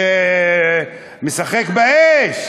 זה משחק באש,